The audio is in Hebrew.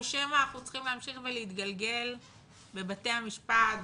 או שמא אנחנו צריכים להמשיך ולהתגלגל בבתי המשפט,